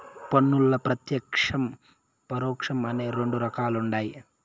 పన్నుల్ల ప్రత్యేక్షం, పరోక్షం అని రెండు రకాలుండాయి